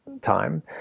time